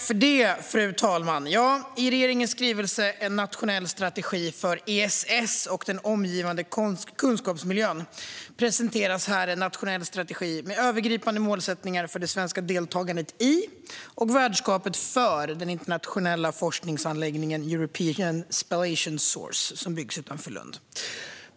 Fru talman! I regeringens skrivelse En nationell strategi för ESS och den omgivande kunskapsmiljön presenteras en nationell strategi med övergripande målsättningar för det svenska deltagandet i och värdskapet för den internationella forskningsanläggningen European Spallation Source, som byggs utanför Lund.